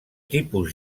tipus